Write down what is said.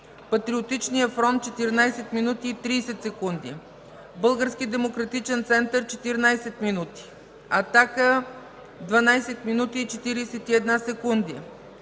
Патриотичният фронт – 14 минути и 30 секунди; Български демократичен център – 14 минути; „Атака” – 12 минути и 41 секунди;